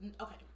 Okay